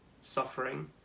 suffering